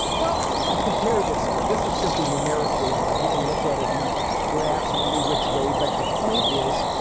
well, i compare this one. this is simply numeric data, but we can look at it in graphs and every which way, but the point is,